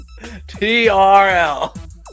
TRL